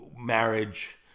marriage